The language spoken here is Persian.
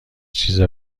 چیزی